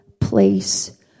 place